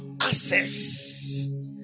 access